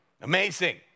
Amazing